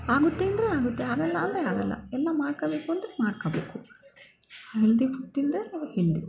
ಆಗುತ್ತೆ ಅಂದರೆ ಆಗುತ್ತೆ ಆಗೋಲ್ಲ ಅಂದರೆ ಆಗೋಲ್ಲ ಎಲ್ಲ ಮಾಡ್ಕೊಳ್ಬೇಕು ಅಂದ್ರೆ ಮಾಡ್ಕೊಳ್ಬೇಕು ಹೆಲ್ದಿ ಫುಡ್ ತಿಂದರೆ ಆವಾಗ ಹೆಲ್ದಿ